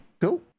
Cool